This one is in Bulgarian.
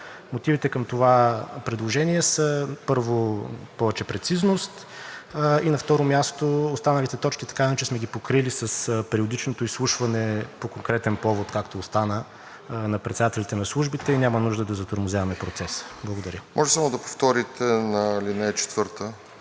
Мотивите за това предложение са, първо, повече прецизност и на второ място, останалите точки така или иначе сме ги покрили с периодичното изслушване по конкретен повод, както остана, на председателите на службите и няма нужда да затормозяваме процеса. Благодаря. ПРЕДСЕДАТЕЛ РОСЕН ЖЕЛЯЗКОВ: